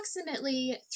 approximately